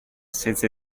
senza